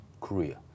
Korea